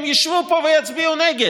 הם ישבו פה ויצביעו נגד.